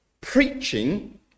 preaching